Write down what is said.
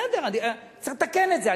בסדר, צריך לתקן את זה.